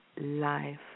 life